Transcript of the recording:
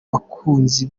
bakunzi